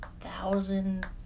thousand